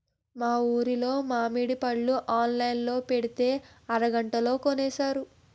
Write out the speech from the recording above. మా ఊరులో మావిడి పళ్ళు ఆన్లైన్ లో పెట్టితే అరగంటలో కొనేశారు